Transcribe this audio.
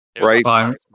Right